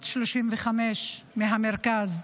בת 35, מהמרכז.